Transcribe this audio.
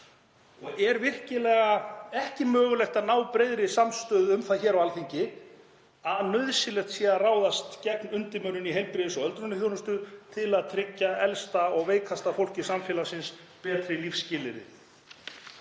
Er virkilega ekki mögulegt að ná breiðri samstöðu um það á Alþingi að nauðsynlegt sé að ráðast gegn undirmönnun í heilbrigðis- og öldrunarþjónustu til að tryggja elsta og veikasta fólki samfélagsins betri lífsskilyrði?